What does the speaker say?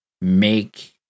make